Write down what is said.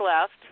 left